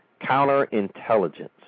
counterintelligence